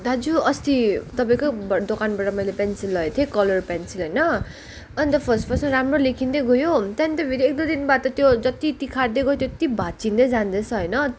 दाजु अस्ति तपाईँको दोकानबाट मैले पेन्सिल लगेको थिएँ कलर पेन्सिल होइन अन्त फर्स्ट फर्स्ट राम्रो लेखिँदै गयो त्यहाँदेखि त फेरि एक दुई दिन बाद त त्यो जत्ति तिखार्दै गयो त्यति भाचिँदै जाँदैछ होइन